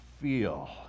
feel